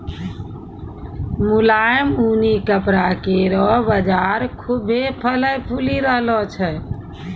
मुलायम ऊनी कपड़ा केरो बाजार खुभ्भे फलय फूली रहलो छै